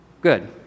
Good